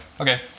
okay